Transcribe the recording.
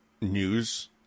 news